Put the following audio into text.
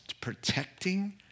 protecting